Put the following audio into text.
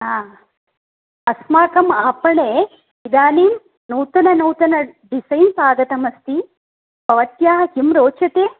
हा अस्माकम् आपणे इदानीं नूतननूतन डिसैन्स् आगतम् अस्ति भवत्याः किं रोचते